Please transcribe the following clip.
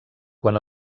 quan